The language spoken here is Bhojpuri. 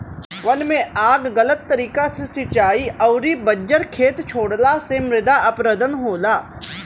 वन में आग गलत तरीका से सिंचाई अउरी बंजर खेत छोड़ला से मृदा अपरदन होला